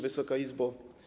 Wysoka Izbo!